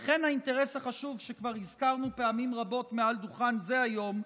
וכן האינטרס החשוב שכבר הזכרנו פעמים רבות מעל דוכן זה היום,